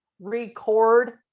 record